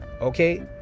okay